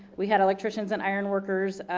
we had electricians and iron workers,